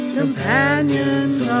companions